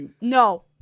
No